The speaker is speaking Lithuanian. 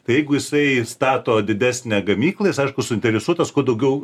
tai jeigu jisai stato didesnę gamyklą jis aišku suinteresuotas kuo daugiau